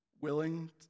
Willing